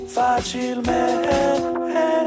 facilmente